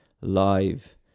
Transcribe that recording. live